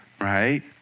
right